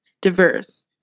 diverse